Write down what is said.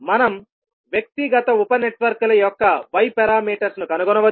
మనం వ్యక్తిగత ఉపనెట్వర్క్ల యొక్క Y పారామీటర్స్ ను కనుగొనవచ్చు